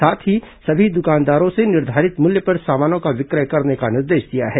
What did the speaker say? साथ ही सभी दुकानदारों से निर्धारित मूल्य पर सामानों का विक्रय करने का निर्देश दिया है